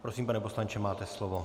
Prosím, pane poslanče, máte slovo.